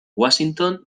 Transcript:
washington